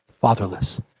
fatherless